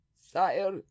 sire